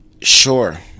Sure